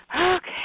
Okay